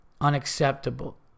unacceptable